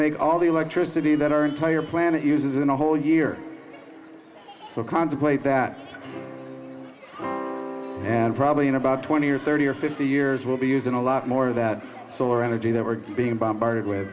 make all the electricity that our entire planet uses in a whole year so contemplate that and probably in about twenty or thirty or fifty years we'll be using a lot more of that solar energy that we're being bombarded